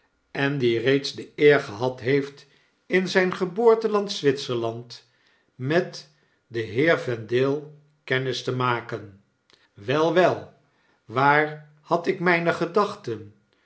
en die reeds deeergehad heeft in zp geboorteland zwitserland met den heer vendale kenniste maken wel wel waar had ik mpe gedachten